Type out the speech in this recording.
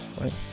right